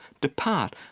depart